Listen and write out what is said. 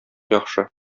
яхшы